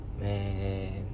Man